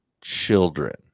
children